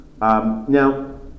Now